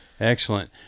Excellent